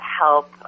help